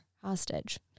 hostage